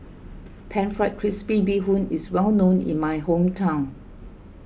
Pan Fried Crispy Bee Bee Hoon is well known in my hometown